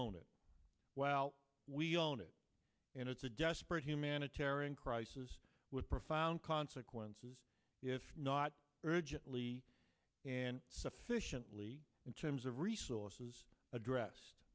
it we own it and it's a desperate humanitarian crisis with profound consequences if not urgently and sufficiently in terms of resources addressed